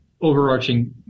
overarching